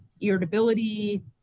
Irritability